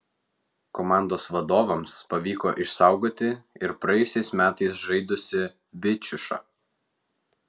komandos vadovams pavyko išsaugoti ir praėjusiais metais žaidusį bičiušą